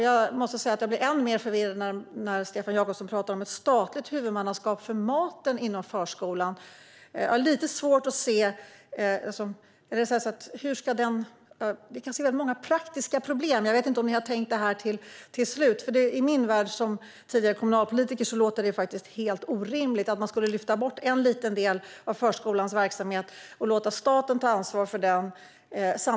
Jag blir än mer förvirrad när Stefan Jakobsson pratar om ett statligt huvudmannaskap för maten inom förskolan. Jag ser många praktiska problem. Jag vet inte om ni har tänkt detta till slut. I min värld, där jag tidigare var kommunalpolitiker, låter det helt orimligt att lyfta bort en liten del av förskolans verksamhet och låta staten ta ansvar för den.